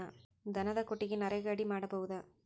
ದನದ ಕೊಟ್ಟಿಗಿ ನರೆಗಾ ಅಡಿ ಮಾಡಬಹುದಾ?